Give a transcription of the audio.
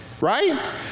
right